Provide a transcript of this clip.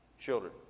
children